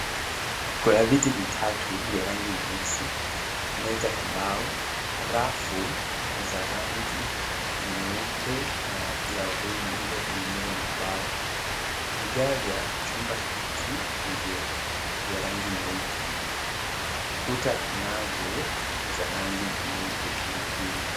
Kuna viti vitatu vya rangi nyeusi, meza ya mbao, rafu za rangi nyeupe na ya waridi iliyotengenezwa na mbao. Vigae vya chumba hiki ni vya rangi nyeupe, kuta nazo za rangi nyeupe vilevile.